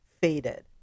faded